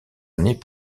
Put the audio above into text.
années